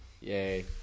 Yay